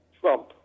Trump